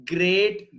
Great